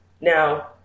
Now